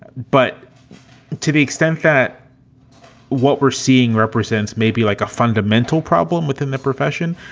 but to the extent that what we're seeing represents maybe like a fundamental problem within the profession,